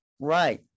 right